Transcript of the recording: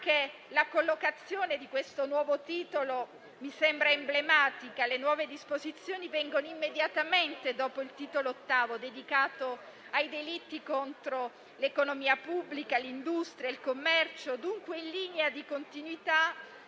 Anche la collocazione di questo nuovo titolo mi sembra emblematica; le nuove disposizioni vengono immediatamente dopo il titolo VIII, dedicato ai delitti contro l'economia pubblica, l'industria e il commercio, dunque in linea di continuità,